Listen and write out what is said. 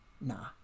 nah